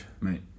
mate